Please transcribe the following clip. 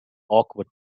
awkward